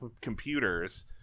computers